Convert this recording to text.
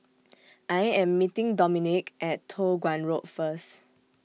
I Am meeting Domonique At Toh Guan Road First